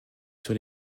sur